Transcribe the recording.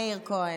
מאיר כהן.